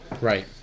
right